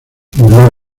murió